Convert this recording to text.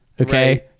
Okay